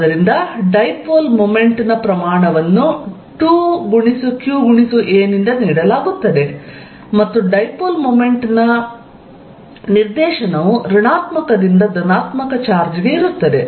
ಆದ್ದರಿಂದ dipole moment ನ ಪ್ರಮಾಣವನ್ನು 2qa ನಿಂದ ನೀಡಲಾಗುತ್ತದೆ ಮತ್ತು ಡೈಪೋಲ್ ಮೊಮೆಂಟ್ ನ ನಿರ್ದೇಶನವು ಋಣಾತ್ಮಕದಿಂದ ಧನಾತ್ಮಕ ಚಾರ್ಜ್ಗೆ ಇರುತ್ತದೆ